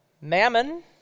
Mammon